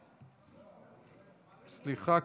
סליחה,